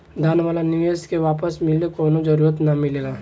दान वाला निवेश के वापस मिले कवनो जरूरत ना मिलेला